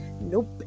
nope